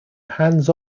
hands